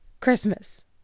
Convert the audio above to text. christmas